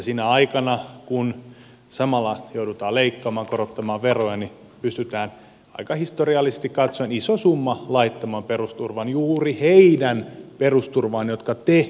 sinä aikana kun samalla joudutaan leikkaamaan korottamaan veroja niin pystytään historiallisesti katsoen aika iso summa laittamaan perusturvaan juuri niiden ihmisten perusturvaan jotka te unohditte